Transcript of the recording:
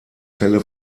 celle